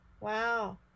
Wow